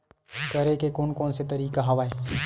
करे के कोन कोन से तरीका हवय?